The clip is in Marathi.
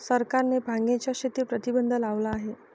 सरकारने भांगेच्या शेतीवर प्रतिबंध लावला आहे